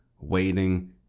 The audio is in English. waiting